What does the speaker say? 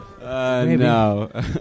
No